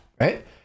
right